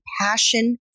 passion